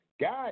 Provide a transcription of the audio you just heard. God